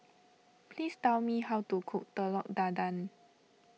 please tell me how to cook Telur Dadah